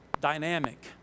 dynamic